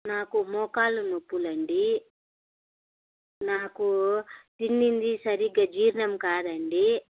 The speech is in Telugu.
నాకు మోకాలు నొప్పులు అండి నాకు తిన్నది సరిగ్గా జీర్ణం కాదండి